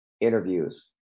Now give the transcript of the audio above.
interviews